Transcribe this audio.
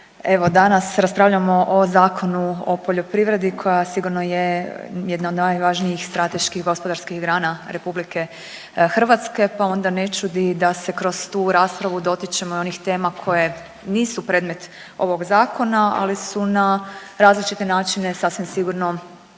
evo danas raspravljamo o Zakonu o poljoprivredi koja sigurno je jedna od najvažnijih strateških gospodarskih grana RH pa onda ne čudi da se kroz tu raspravu dotičemo i onih tema koje nisu predmet ovog zakona, ali su na različite načine sasvim sigurno